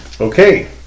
Okay